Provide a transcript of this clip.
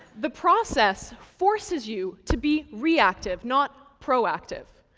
the process forces you to be reactive not proactive.